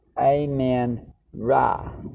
Amen-Ra